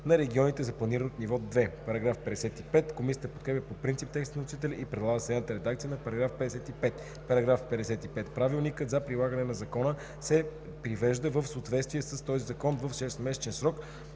на регионите за планиране от ниво 2“.“ Комисията подкрепя по принцип текста на вносителя и предлага следната редакция на § 55: „§ 55. Правилникът за прилагане на закона се привежда в съответствие с този закон в 6-месечен срок